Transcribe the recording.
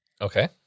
Okay